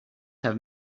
have